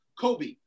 Kobe